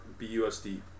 BUSD